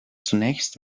zunächst